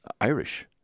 Irish